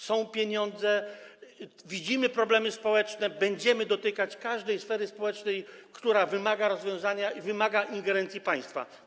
Są pieniądze, widzimy problemy społeczne, będziemy dotykać każdej sfery społecznej, która wymaga rozwiązania i ingerencji państwa.